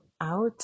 out